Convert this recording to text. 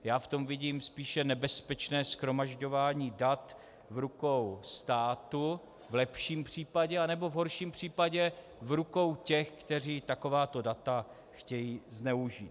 Já v tom vidím spíše nebezpečné shromažďování dat v rukou státu, v lepším případě, anebo v horším případě v rukou těch, kteří takováto data chtějí zneužít.